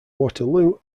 waterloo